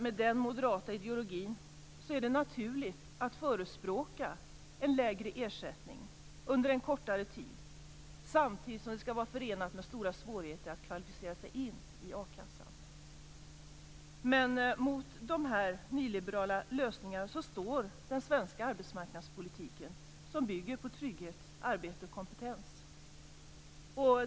Med denna moderata ideologi är det naturligt att förespråka en lägre ersättning under en kortare tid, samtidigt som det skall vara förenat med stora svårigheter att kvalificera sig för a-kassan. Men mot dessa nyliberala lösningar står den svenska arbetsmarknadspolitiken, som bygger på trygghet, arbete och kompetens.